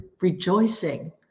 rejoicing